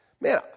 Man